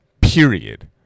Period